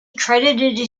credited